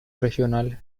regional